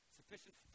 sufficient